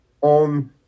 on